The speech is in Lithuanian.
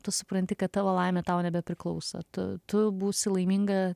tu supranti kad tavo laimė tau nebepriklauso tu tu būsi laiminga